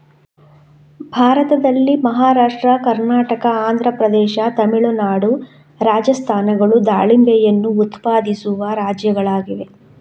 ಭಾರತದಲ್ಲಿ ಮಹಾರಾಷ್ಟ್ರ, ಕರ್ನಾಟಕ, ಆಂಧ್ರ ಪ್ರದೇಶ, ತಮಿಳುನಾಡು, ರಾಜಸ್ಥಾನಗಳು ದಾಳಿಂಬೆಯನ್ನು ಉತ್ಪಾದಿಸುವ ರಾಜ್ಯಗಳಾಗಿವೆ